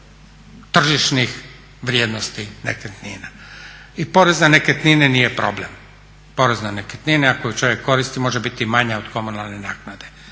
tržišnih vrijednosti nekretnina. I porez na nekretnine nije problem, porez na nekretnine ako ju čovjek koristi može biti manja od komunalne naknade,